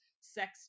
sex